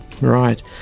Right